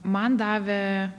man davė